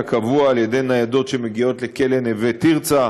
קבוע על ידי ניידות שמגיעות לכלא נווה תרצה.